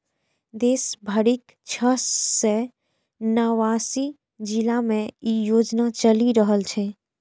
देश भरिक छह सय नवासी जिला मे ई योजना चलि रहल छै